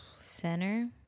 center